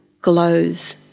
glows